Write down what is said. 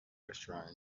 restaurant